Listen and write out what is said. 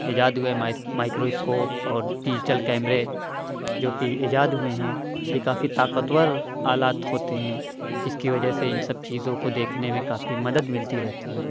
ایجاد ہوئے microscope اور ڈیجیٹل کیمرے جو کہ ایجاد ہوئے ہیں یہ کافی طاقتور آلات ہوتے ہیں جس کی وجہ سے اِن سب چیزوں کو دیکھنے میں کافی مدد ملتی رہتی ہے